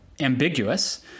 ambiguous